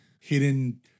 hidden